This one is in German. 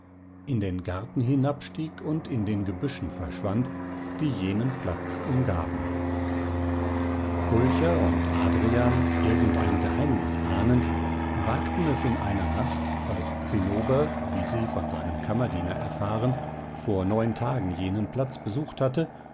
in den garten hinabstieg und in den gebüschen verschwand die jenen platz umgaben pulcher und adrian irgendein geheimnis ahnend wagten es in einer nacht als zinnober wie sie von seinem kammerdiener erfahren vor neun tagen jenen platz besucht hatte